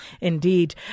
Indeed